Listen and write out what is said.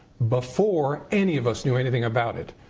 before any of us knew anything about it.